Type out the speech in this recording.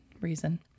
reason